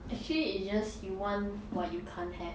actually it's just you want what you can't have